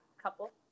couple